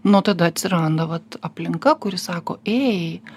nu o tada atsiranda vat aplinka kuri sako ėj